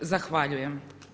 Zahvaljujem.